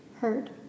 heard